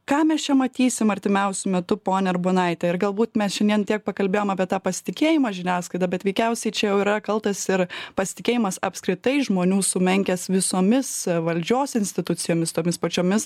ką mes čia matysim artimiausiu metu ponia urbonaite ir galbūt mes šiandien tiek pakalbėjom apie tą pasitikėjimą žiniasklaida bet veikiausiai čia jau yra kaltas ir pasitikėjimas apskritai žmonių sumenkęs visomis valdžios institucijomis tomis pačiomis